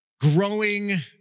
growing